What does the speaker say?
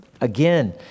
again